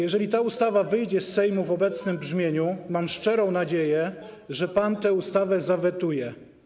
Jeżeli ta ustawa wyjdzie z Sejmu w obecnym brzmieniu, mam szczerą nadzieję, że pan tę ustawę zawetuje.